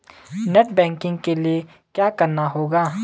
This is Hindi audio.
नेट बैंकिंग के लिए क्या करना होगा?